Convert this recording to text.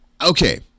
Okay